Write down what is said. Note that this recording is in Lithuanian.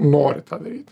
nori tą daryt